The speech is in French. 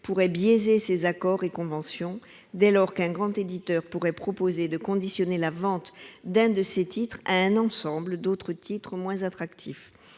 pourrait biaiser ces accords et conventions, dès lors qu'un grand éditeur pourrait proposer de conditionner la vente de l'un de ses titres à celle d'un ensemble d'autres titres moins attractifs.